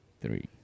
Three